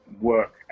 work